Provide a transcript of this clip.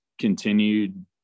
continued